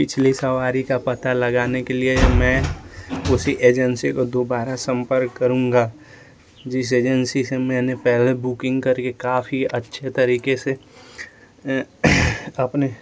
पिछले सवारी का पता लगाने के लिए मैं उसी एजेंसी को दोबारा सम्पर्क करूंगा जिस एजेंसी से मैने पहले बुकिंग करी काफी अच्छे तरीके से अपनी